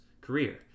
career